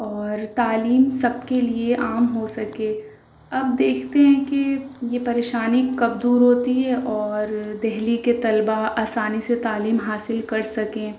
اور تعلیم سب کے لیے عام ہو سکے اب دیکھتے ہیں کہ یہ پریشانی کب دور ہوتی ہے اور دہلی کے طلبہ آسانی سے تعلیم حاصل کر سکیں